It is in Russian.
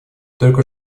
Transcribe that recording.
только